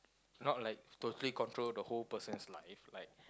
not like totally control the whole person's life like